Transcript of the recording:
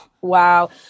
Wow